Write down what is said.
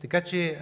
Така че